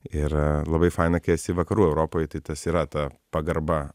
ir labai faina kai esi vakarų europoj tai tas yra ta pagarba